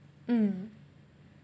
mm